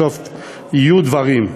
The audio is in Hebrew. בסוף יהיו דברים.